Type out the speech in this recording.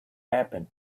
happen